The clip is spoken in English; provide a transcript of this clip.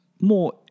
more